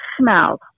smell